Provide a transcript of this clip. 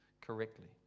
correctly